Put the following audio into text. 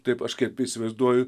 taip aš kaip įsivaizduoju